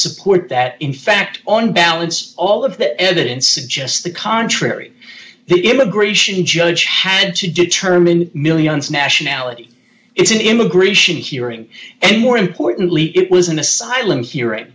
support that in fact on balance all of the evidence suggests the contrary the immigration judge had to determine millions nationality it's an immigration hearing and more importantly it was an asylum